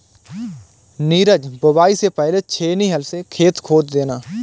नीरज बुवाई से पहले छेनी हल से खेत खोद देना